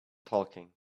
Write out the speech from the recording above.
talking